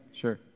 sure